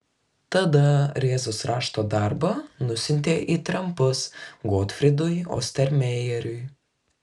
tada rėzos rašto darbą nusiuntė į trempus gotfrydui ostermejeriui